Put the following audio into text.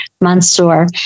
Mansour